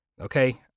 okay